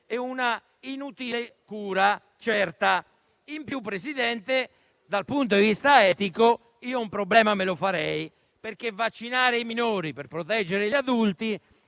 e una inutile cura certa. Inoltre, signor Presidente del Consiglio, dal punto di vista etico io un problema me lo farei, perché vaccinare i minori per proteggere gli adulti